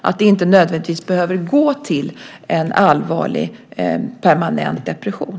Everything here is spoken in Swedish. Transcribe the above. Det ska inte nödvändigtvis behöva gå till en allvarlig permanent depression.